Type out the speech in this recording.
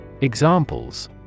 Examples